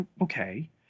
Okay